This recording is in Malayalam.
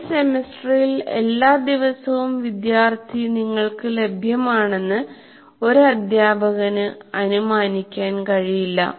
ഒരു സെമസ്റ്ററിൽ എല്ലാ ദിവസവും വിദ്യാർത്ഥി നിങ്ങൾക്ക് ലഭ്യമാണെന്ന് ഒരു അധ്യാപകന് അനുമാനിക്കാൻ കഴിയില്ല